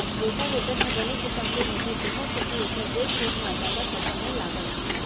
rotavator ह बने किसम के होथे तेकर सेती एकर देख रेख म जादा खरचा नइ लागय